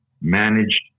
managed